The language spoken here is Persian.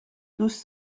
دوست